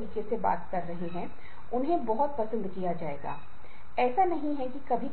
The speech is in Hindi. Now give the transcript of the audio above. और समय क्षेत्र के अंतर के कारण भी शाम की नौकरियां या देर रात की